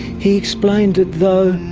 he explained that though,